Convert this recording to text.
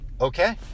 Okay